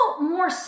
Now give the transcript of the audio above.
more